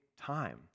time